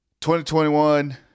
2021